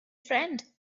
friend